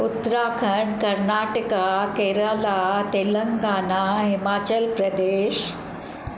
Uttarakhand Karnataka Kerala Telangana Himachal Pradesh